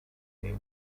umile